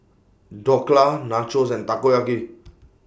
Dhokla Nachos and Takoyaki